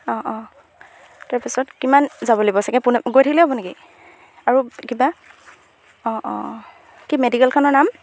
অঁ অঁ তাৰপিছত কিমান যাব লাগিব চাগে পোনে গৈ থাকিলে হ'ব নেকি আৰু কিবা অঁ অঁ কি মেডিকেলখনৰ নাম